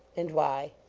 and why?